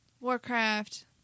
Warcraft